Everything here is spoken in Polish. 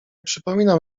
przypominam